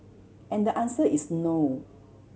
and the answer is no